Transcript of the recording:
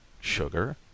Sugar